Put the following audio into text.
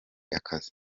akazi